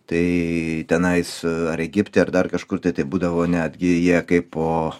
tai tenais ar egipte ar dar kažkur tai būdavo netgi jie kaip o